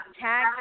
tag